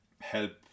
help